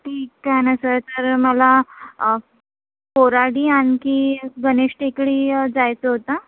ठीक आहे ना सर तर मला कोराडी आणखी गणेश टेकडी जायचं होता